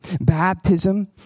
Baptism